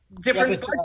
different